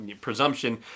presumption